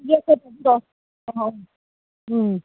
ꯎꯝ